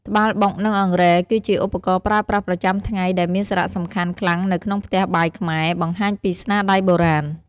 ត្បាល់បុក និងអង្រែគឺជាឧបករណ៍ប្រើប្រាស់ប្រចាំថ្ងៃដែលមានសារៈសំខាន់ខ្លាំងនៅក្នុងផ្ទះបាយខ្មែរ បង្ហាញពីស្នាដៃបុរាណ ។